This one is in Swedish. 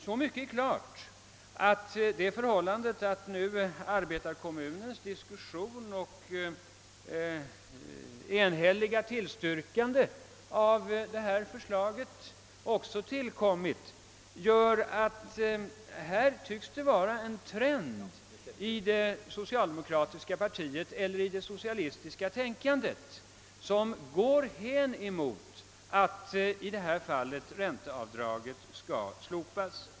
Så mycket är klart efter arbetarkommunens diskussion och enhälliga tillstyrkande av förslaget att det tycks vara en trend i det socialistiska tänkandet i riktning mot att denna avdragsrätt skall slopas.